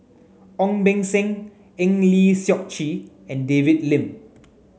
Ong Beng Seng Eng Lee Seok Chee and David Lim